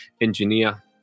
engineer